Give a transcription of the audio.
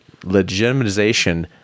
legitimization